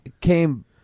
came